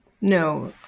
No